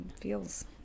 feels